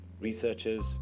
researchers